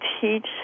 teach